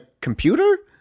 computer